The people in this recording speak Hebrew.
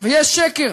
ויש שקר.